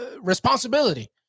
responsibility